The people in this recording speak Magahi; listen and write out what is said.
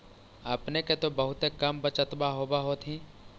अपने के तो बहुते कम बचतबा होब होथिं?